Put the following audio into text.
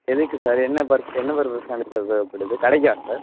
எதுக்கு சார் என்ன பர் பர்பஸ்காண்டி தேவைப்படுது கடைக்கா சார்